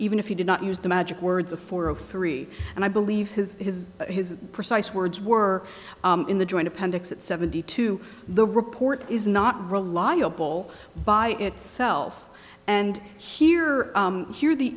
even if you did not use the magic words of four of three and i believe his his his precise words were in the joint appendix at seventy two the report is not reliable by itself and here here the